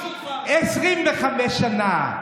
25 שנה,